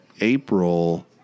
April